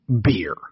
beer